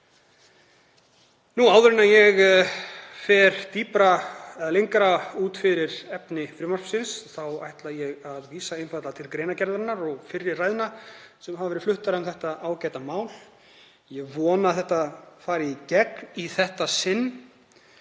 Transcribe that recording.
Án þess að fara dýpra eða lengra út fyrir efni frumvarpsins ætla ég að vísa einfaldlega til greinargerðarinnar og fyrri ræðna sem hafa verið fluttar um þetta ágæta mál. Ég vona að málið fari í gegn í þetta sinn,